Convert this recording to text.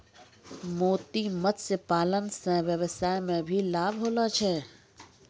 मोती मत्स्य पालन से वेवसाय मे भी लाभ होलो छै